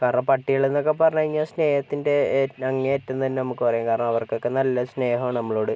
കാരണം പട്ടികള് എന്നൊക്കെ പറഞ്ഞ് കഴിഞ്ഞാൽ സ്നേഹത്തിൻ്റെ അങ്ങേ അറ്റം തന്നെ നമുക്ക് പറയാം കാരണം അവർക്കൊക്കെ നല്ല സ്നേഹമാണ് നമ്മളോട്